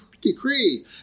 decree